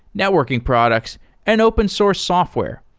networking products and open source software.